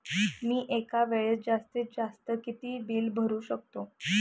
मी एका वेळेस जास्तीत जास्त किती बिल भरू शकतो?